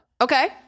Okay